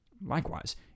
Likewise